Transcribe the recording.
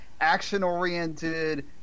action-oriented